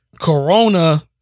corona